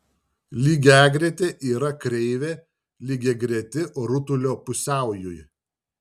lygiagretė yra kreivė lygiagreti rutulio pusiaujui